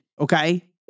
okay